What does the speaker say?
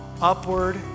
upward